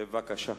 בבקשה.